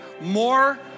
more